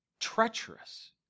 treacherous